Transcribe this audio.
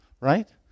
right